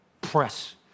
press